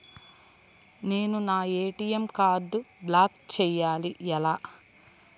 నేను నా ఏ.టీ.ఎం కార్డ్ను బ్లాక్ చేయాలి ఎలా?